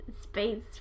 Space